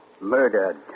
murdered